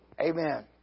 Amen